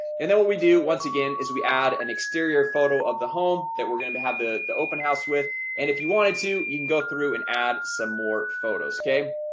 and then what we do once again is we add an exterior photo of the home that we're gonna have the the open house with and if you wanted to you can go through and add some more photos, okay?